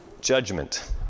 judgment